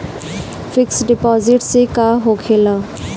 Fix deposit से का होखे ला?